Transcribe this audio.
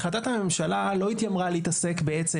החלטת הממשלה לא התיימרה להתעסק בעצם